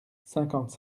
cinquante